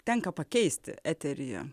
tenka pakeisti eteryje